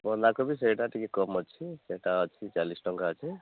ବନ୍ଧାକୋବି ସେଇଟା ଟିକେ କମ୍ ଅଛି ସେଇଟା ଅଛି ଚାଲିଶ ଟଙ୍କା ଅଛି